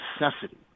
necessity